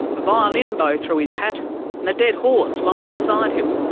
a violin bow through his hat and a dead horse lying beside him.